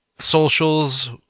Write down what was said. socials